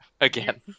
Again